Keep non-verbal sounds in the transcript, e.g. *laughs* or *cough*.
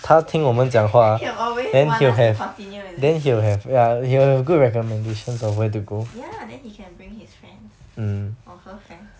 *laughs* he will always want us to continue is it ya then he can bring his friends or her friends